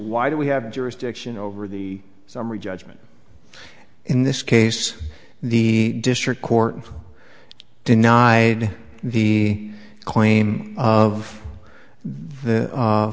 why do we have jurisdiction over the summary judgment in this case the district court denied the claim of the